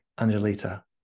Angelita